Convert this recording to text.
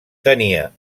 tenia